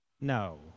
No